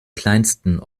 kleinsten